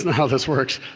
and how this works.